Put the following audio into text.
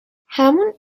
همون